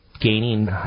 gaining